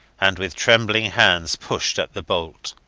and with trembling hands pushed at the bolt.